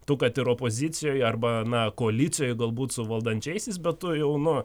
tu kad ir opozicijoj arba na koalicijoj galbūt su valdančiaisiais bet tu jau nu